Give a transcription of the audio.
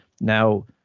Now